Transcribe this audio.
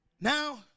now